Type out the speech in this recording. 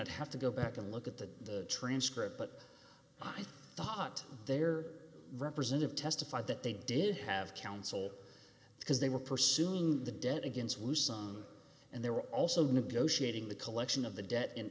i'd have to go back and look at the transcript but i thought their representative testified that they did have counsel because they were pursuing the debt against luzon and they were also negotiating the collection of the debt in